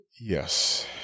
yes